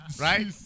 right